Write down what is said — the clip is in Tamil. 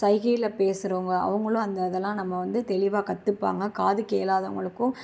சைகையில பேசுகிறோங்க அவங்களும் அந்த அதெலாம் நம்ம வந்து தெளிவாக கற்றுப்பாங்க காது கேளாதவங்களுக்கும்